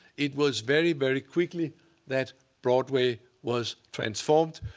it was very, very quickly that broadway was transformed.